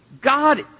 God